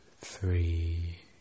three